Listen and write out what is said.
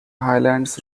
highlands